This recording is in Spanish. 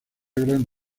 gran